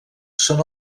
són